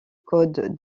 code